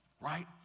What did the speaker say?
right